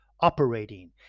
operating